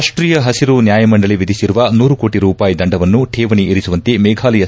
ರಾಷ್ಷೀಯ ಹಸಿರು ನ್ಯಾಯಮಂಡಳಿ ವಿಧಿಸಿರುವ ನೂರು ಕೋಟಿ ರೂಪಾಯಿ ದಂಡವನ್ನು ಕೇವಣಿ ಇರಿಸುವಂತೆ ಮೇಘಾಲಯ